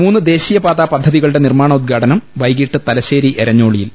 മൂന്ന് ദേശീയപാതാ പദ്ധതികളുടെ നിർമ്മാണോദ്ഘാടനം വൈകിട്ട് തലശ്ശേരി എരഞ്ഞോളിയിൽ